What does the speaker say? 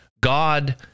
God